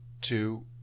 two